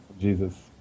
Jesus